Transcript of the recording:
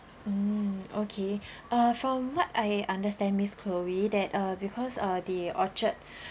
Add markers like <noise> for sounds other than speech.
mm okay <breath> uh from what I understand miss chloe that uh because uh the orchard <breath>